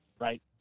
right